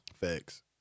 Facts